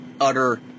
Utter